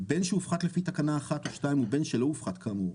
בין שהופחת לפי תקנה 1 או 2 ובין שלא הופחת כאמור,